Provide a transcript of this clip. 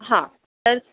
हां तर